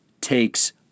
takes